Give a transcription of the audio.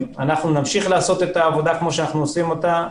אנחנו נמשיך לעשות את העבודה כמו שאנחנו עושים אותה.